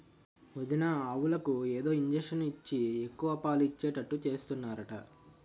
వదినా ఆవులకు ఏదో ఇంజషను ఇచ్చి ఎక్కువ పాలు ఇచ్చేటట్టు చేస్తున్నారట